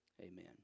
Amen